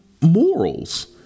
morals